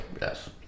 Yes